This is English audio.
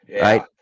right